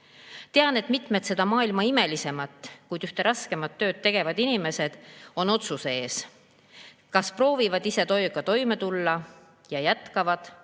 Tean, et mitmed seda maailma imelisemat, kuid ühte raskemat tööd tegevad inimesed on otsuse ees, kas proovivad ise tööga toime tulla ja jätkavad